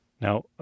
Now